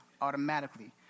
automatically